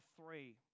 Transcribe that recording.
three